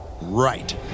right